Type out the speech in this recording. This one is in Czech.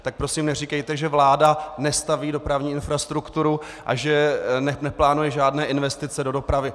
Tak prosím neříkejte, že vláda nestaví dopravní infrastrukturu a že neplánuje žádné investice do dopravy.